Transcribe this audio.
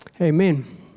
Amen